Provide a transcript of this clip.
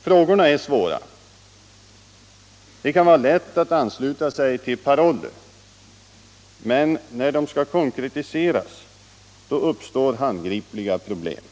Frågorna är svåra. Det kan vara lätt att ansluta sig till paroller, men när det skall konkretiseras uppstår handgripliga problem.